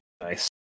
Nice